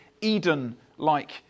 Eden-like